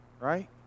right